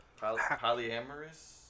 Polyamorous